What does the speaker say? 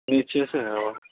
نیچے سے ہوگا